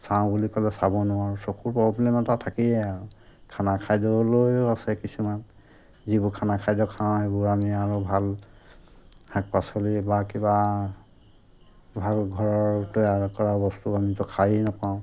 চাওঁ বুলি ক'লে চাব নোৱাৰোঁ চকুৰ প্ৰব্লেম এটা থাকেই আৰু খানা খাদ্য লৈও আছে কিছুমান যিবোৰ খানা খাদ্য খাওঁ সেইবোৰ আমি আৰু ভাল শাক পাচলি বা কিবা ভাল ঘৰৰ তৈয়াৰ কৰা বস্তু আমিতো খায়েই নাপাওঁ